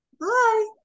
bye